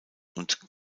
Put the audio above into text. und